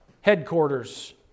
headquarters